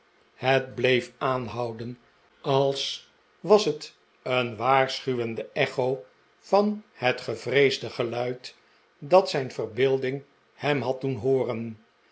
het bleef aanhouden als was het een waarschuwende echo van het gevreesde geluid dat zijn verbeelding hem had doen hooren